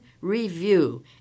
review